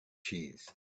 cheese